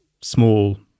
small